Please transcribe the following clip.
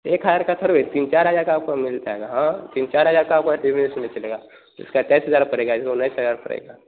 एक हज़ार का सर एक तीन चार हज़ार का आपको मिल जाएगा हाँ तीन चार हज़ार का चलेगा इसका अट्ठाईस तेईस हज़ार पड़ेगा वह उन्नीस हज़ार पड़ेगा